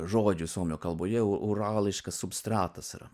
žodžių suomių kalboje urališkas substratas yra